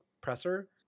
presser